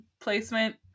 placement